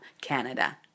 Canada